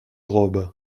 robe